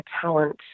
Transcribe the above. talent